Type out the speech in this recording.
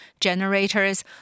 generators